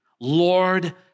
Lord